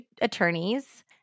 attorneys